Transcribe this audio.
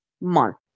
month